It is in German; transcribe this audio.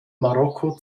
marokko